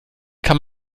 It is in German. kann